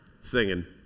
singing